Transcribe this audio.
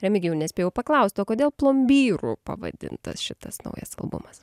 remigijau nespėjau paklaust o kodėl plombyru pavadintas šitas naujas albumas